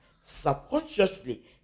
Subconsciously